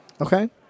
Okay